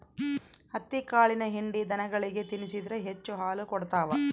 ಹತ್ತಿಕಾಳಿನ ಹಿಂಡಿ ದನಗಳಿಗೆ ತಿನ್ನಿಸಿದ್ರ ಹೆಚ್ಚು ಹಾಲು ಕೊಡ್ತಾವ